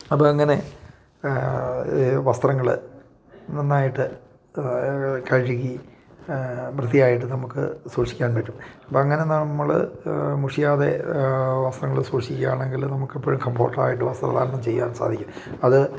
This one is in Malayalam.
അപ്പം അങ്ങനെ വസ്ത്രങ്ങൾ നന്നായിട്ട് കഴുകി വൃത്തിയായിട്ട് നമുക്ക് സൂക്ഷിക്കാൻ പറ്റും അപ്പം അങ്ങനെ നമ്മൾ മുഷിയാതെ വസ്ത്രങ്ങൾ സൂക്ഷിക്കുക ആണെങ്കിൽ നമുക്ക് എപ്പോഴും കംഫോർട്ട് ആയിട്ട് വസ്ത്ര ധാരണം ചെയ്യാൻ സാധിക്കും അത്